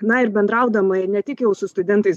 na ir bendraudama ir ne tik jau su studentais